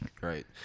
right